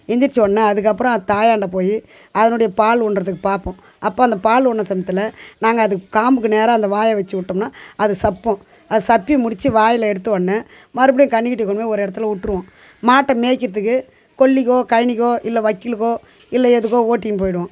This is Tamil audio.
எழுந்திரிச்சவொன்னே அதுக்கப்பறம் அது தாயாண்ட போய் அதனுடைய பால் உண்றதுக்கு பார்க்கும் அப்போது அந்த பால் உண்ணும் சமயத்தில் நாங்கள் அதுக்குக் காம்புக்கு நேராக அந்த வாயை வச்சு விட்டோம்னா அது சப்பும் அது சப்பி முடித்து வாயில் எடுத்தவொடனே மறுபடியும் கன்றுக்குட்டிய கொண்டு போய் ஒரு இடத்துல விட்ருவோம் மாட்டை மேய்க்கிறதுக்கு கொல்லைக்கோ கழனிக்கோ இல்லை வைக்கோலுக்கோ இல்லை எதுக்கோ ஓட்டிகின்னு போயிடுவோம்